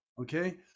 Okay